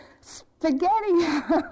Spaghetti